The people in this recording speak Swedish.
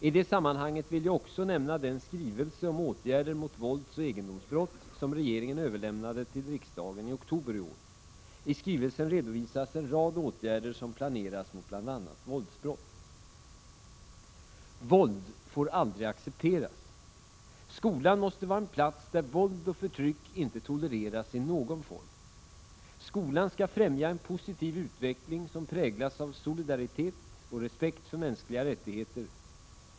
I detta sammanhang vill jag också nämna den skrivelse om åtgärder mot våldsoch egendomsbrott som regeringen överlämnade till riksdagen i oktober i år. I skrivelsen redovisas en rad åtgärder som planeras mot bl.a. våldsbrott. Våld får aldrig accepteras. Skolan måste vara en plats där våld och förtryck inte tolereras i någon form. Skolan skall främja en positiv utveckling som präglas av solidaritet och respekt för mänskliga rättigheter.